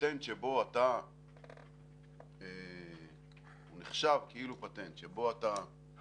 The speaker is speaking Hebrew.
הפטנט שבו הוא נחשב כאילו פטנט פתאום,